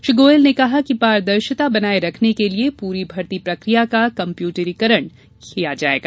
श्री गोयल ने कहा कि पारदर्शिता बनाये रखने के लिये पूरी भर्ती प्रकिया का कप्यूटरीकरण होगा